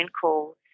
calls